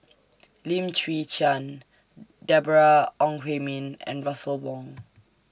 Lim Chwee Chian Deborah Ong Hui Min and Russel Wong